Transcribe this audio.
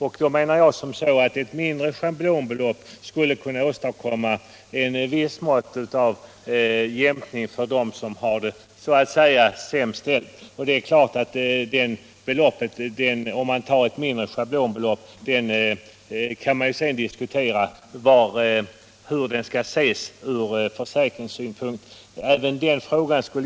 Jag anser att ett mindre schablonbelopp skulle kunna åstadkomma ett visst mått av jämkning för dem som har låga inkomster. Om man tar ett lågt schablonbelopp kan man diskutera hur det skall ses från försäkringssynpunkt.